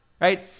right